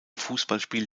fußballspiel